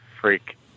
freak